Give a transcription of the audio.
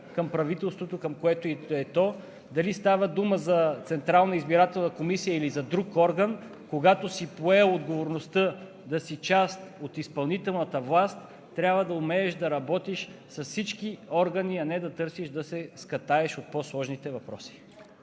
към правителството, което и да е то: дали става дума за Централна избирателна комисия, или за друг орган, когато си поел отговорността да си част от изпълнителната власт, трябва да умееш да работиш с всички органи, а не да търсиш да се скатаеш от по-сложните въпроси.